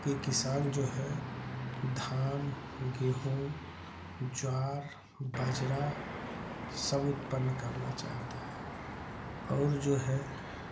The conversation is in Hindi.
की किसान जो है धान गेहूँ ज्वार बाजरा सब उत्पन्न करना चाहते हैं और जो है